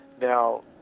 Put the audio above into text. Now